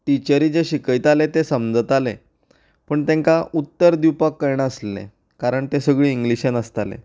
टिचरी जें शिकयताले तें समजतालें पूण तांकां उत्तर दिवपाक कळनासलें कारण तें सगळें इंग्लिशेंत आसतालें